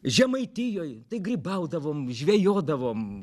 žemaitijoj tai grybaudavom žvejodavom